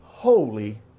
holy